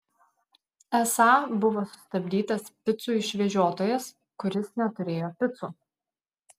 esą buvo sustabdytas picų išvežiotojas kuris neturėjo picų